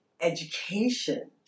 education